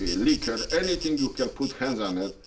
liquor. anything you can put hands on it,